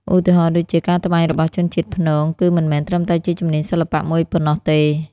ឧទាហរណ៍ដូចជា ការត្បាញរបស់ជនជាតិព្នង គឺមិនមែនត្រឹមតែជាជំនាញសិល្បៈមួយប៉ុណ្ណោះទេ។